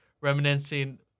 reminiscing